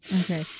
Okay